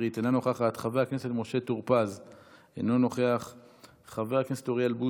חובה על מוסדות להשכלה גבוהה בישראל להעביר